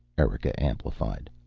erika amplified.